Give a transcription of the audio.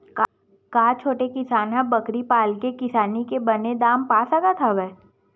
का छोटे किसान ह बकरी पाल के किसानी के बने दाम पा सकत हवय?